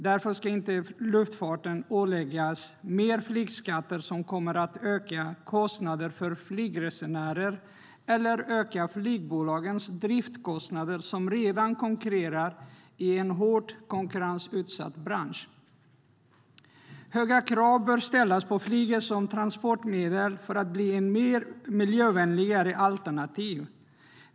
Därför ska inte luftfarten åläggas mer flygskatter som kommer att öka kostnader för flygresenärer eller öka flygbolagens driftskostnader när de redan konkurrerar i en hårt konkurrensutsatt bransch. Höga krav bör ställas på flyget som transportmedel för att det ska bli ett miljövänligare alternativ.